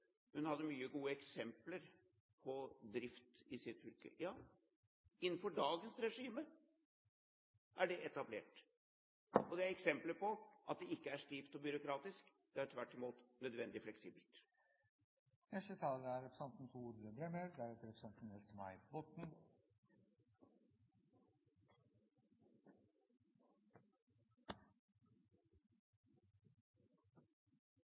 Romsdal hadde mange gode eksempler på drift i sitt fylke. Ja, innenfor dagens regime er det etablert, og det er eksempler på at det ikke er stivt og byråkratisk – det er tvert imot nødvendig